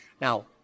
Now